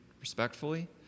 respectfully